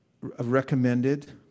recommended